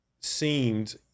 seemed